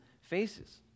faces